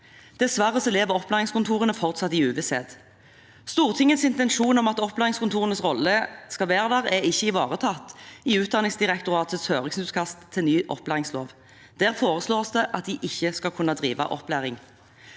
Dessverre lever opplæringskontorene fortsatt i uvisshet. Stortingets intensjon om opplæringskontorenes rolle er ikke ivaretatt i Utdanningsdirektoratets høringsutkast til ny opplæringslov. Der foreslås det at de ikke skal kunne drive opplæring.